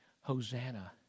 Hosanna